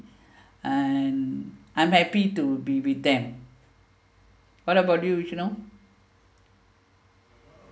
and I'm happy to be with them what about you reginal